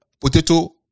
potato